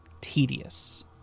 tedious